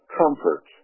comfort